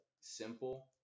simple